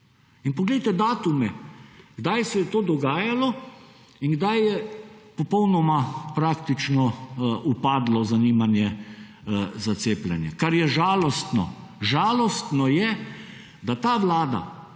In poglejte datume, kdaj se je to dogajalo in kdaj je popolnoma praktično upadlo zanimanje za cepljenje, kar je žalostno. Žalostno je, da ta Vlada